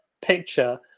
picture